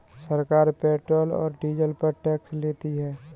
सरकार पेट्रोल और डीजल पर टैक्स लेती है